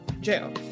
Jail